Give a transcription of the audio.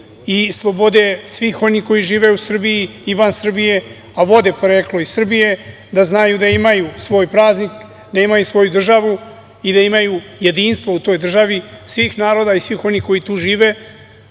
i slobode svih onih koji žive i van Srbije, a vode poreklo iz Srbije da znaju da imaju svoj praznik, da imaju svoju državu i da imaju jedinstvo u toj državi svih naroda i svih onih koji tu žive,